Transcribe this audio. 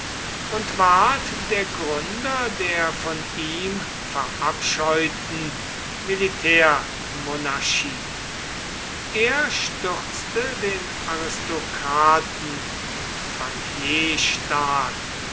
und ward der gründer der von ihm verabscheuten militärmonarchie er stürzte den aristokraten und